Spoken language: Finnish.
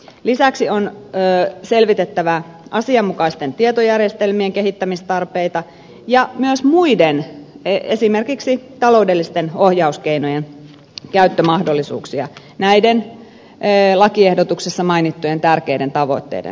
lisäksi on selvitettävä asianmukaisten tietojärjestelmien kehittämistarpeita ja myös muiden esimerkiksi taloudellisten ohjauskeinojen käyttömahdollisuuksia näiden lakiehdotuksessa mainittujen tärkeiden tavoitteiden saavuttamiseksi